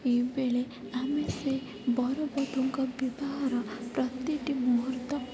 ବେଳେ ବେଳେ ଆମେ ସେ ବର ବଧୂଙ୍କ ବିବାହର ପ୍ରତିଟି ମୁହୂର୍ତ୍ତ